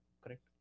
Correct